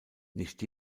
nicht